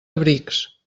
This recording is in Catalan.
abrics